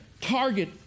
target